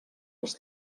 als